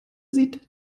sieht